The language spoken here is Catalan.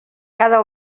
cada